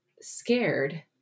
scared